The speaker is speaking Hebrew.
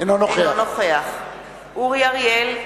אינו נוכח אורי אריאל,